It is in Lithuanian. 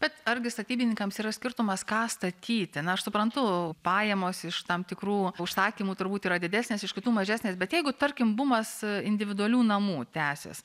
bet argi statybininkams yra skirtumas ką statyti na aš suprantu pajamos iš tam tikrų užsakymų turbūt yra didesnės iš kitų mažesnės bet jeigu tarkim bumas individualių namų tęsis